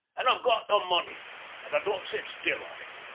and i've got the money and i don't sit still on it.